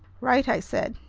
right, i said.